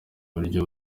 buryo